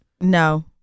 No